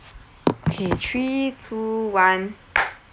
okay three two one